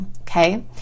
okay